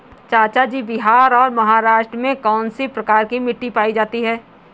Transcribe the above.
चाचा जी बिहार और महाराष्ट्र में कौन सी प्रकार की मिट्टी पाई जाती है?